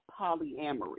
polyamory